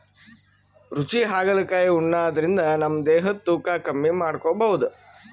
ರುಚಿ ಹಾಗಲಕಾಯಿ ಉಣಾದ್ರಿನ್ದ ನಮ್ ದೇಹದ್ದ್ ತೂಕಾ ಕಮ್ಮಿ ಮಾಡ್ಕೊಬಹುದ್